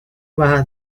baja